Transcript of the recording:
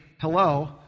hello